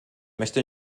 möchte